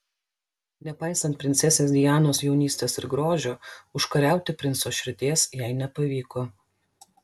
nepaisant princesės dianos jaunystės ir grožio užkariauti princo širdies jai nepavyko